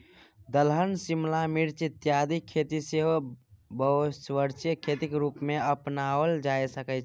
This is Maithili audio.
दलहन शिमला मिर्च इत्यादिक खेती सेहो बहुवर्षीय खेतीक रूपमे अपनाओल जा सकैत छै